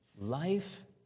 life